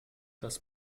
das